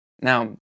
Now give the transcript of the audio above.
Now